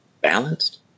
balanced